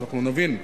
שאנחנו נבין.